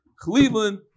Cleveland